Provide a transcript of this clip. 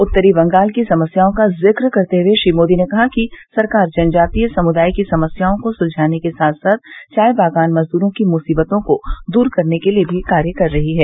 उत्तरी बंगाल की समस्याओं का जिक्र करते हुए श्री मोदी ने कहा कि सरकार जनजातीय समुदाय की समस्याओं को सुलझाने के साथ साथ चाय बागान मजदूरों की मुसीबतों को दूर करने के लिए भी कार्य कर रही है